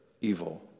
evil